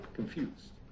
confused